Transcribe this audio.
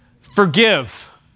Forgive